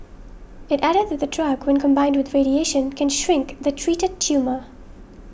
it added that the drug when combined with radiation can shrink the treated tumour